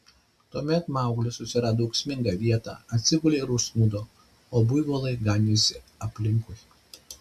tuomet mauglis susirado ūksmingą vietą atsigulė ir užsnūdo o buivolai ganėsi aplinkui